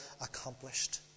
accomplished